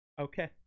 okay